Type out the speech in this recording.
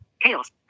chaos